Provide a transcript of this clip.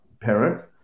parent